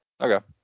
Okay